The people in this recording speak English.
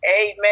amen